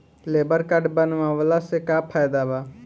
Labour card बनवाला से का फायदा बा?